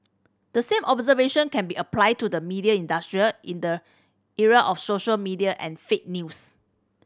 the same observation can be applied to the media industry in the era of social media and fake news